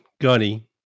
Gunny